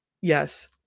Yes